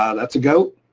um that's a goat.